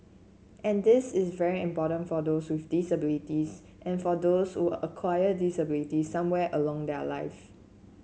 and this is very important for those with disabilities and for those who acquire disabilities somewhere along their live